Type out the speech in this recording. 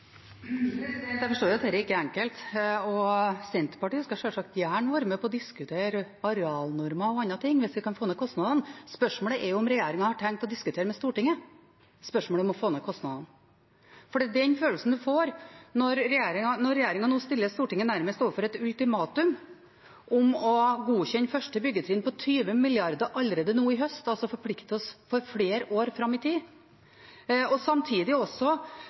Jeg forstår at dette ikke er enkelt, og Senterpartiet skal sjølsagt gjerne være med på å diskutere arealnormer og andre ting hvis det kan få ned kostnadene. Spørsmålet er om regjeringen har tenkt å diskutere spørsmålet om å få ned kostnadene med Stortinget. For det er den følelsen en får når regjeringen nå stiller Stortinget nærmest overfor et ultimatum om å godkjenne første byggetrinn på 20 mrd. kr allerede nå i høst, altså forplikte oss for flere år fram i tid, og samtidig også